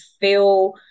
feel